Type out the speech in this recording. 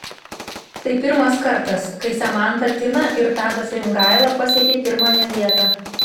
tai pirmas kartas kai samanta tina ir tadas rimgaila pasiekią pirmąją vietą